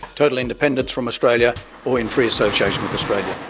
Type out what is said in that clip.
total independence from australia or in free association with australia.